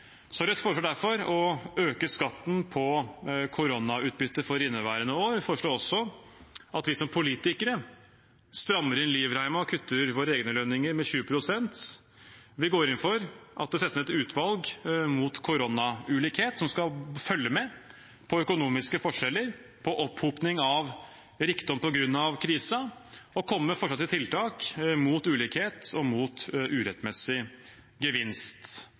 Rødt foreslår derfor å øke skatten på koronautbytte for inneværende år. Vi foreslår også at vi som politikere strammer inn livreima og kutter våre egne lønninger med 20 pst., og vi går inn for at det settes ned et utvalg mot koronaulikhet som skal følge med på økonomiske forskjeller og opphopning av rikdom på grunn av krisen og komme med forslag til tiltak mot ulikhet og mot urettmessig gevinst.